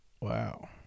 Wow